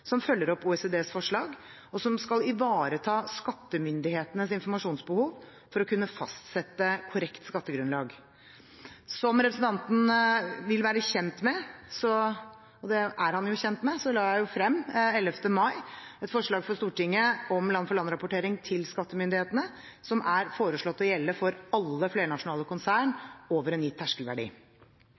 å kunne fastsette korrekt skattegrunnlag. Som representanten vil være kjent med – og det er han jo – la jeg 11. mai frem et forslag for Stortinget om land-for-land-rapportering til skattemyndighetene som er foreslått å gjelde for alle flernasjonale konsern over en gitt terskelverdi.